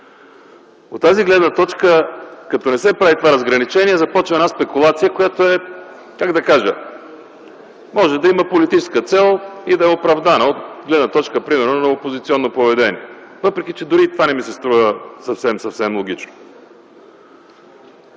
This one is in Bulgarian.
ще е в индустрията. Когато не се прави това разграничение, започва една спекулация, която, как да кажа, може да има политическа цел и да е оправдана от гледна точка, примерно, на опозиционно поведение. Въпреки че и това не ми се струва съвсем, съвсем логично.